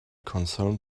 concerned